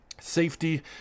Safety